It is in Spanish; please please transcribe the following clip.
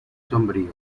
sombríos